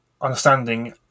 understanding